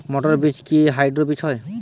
মটর বীজ কি হাইব্রিড হয়?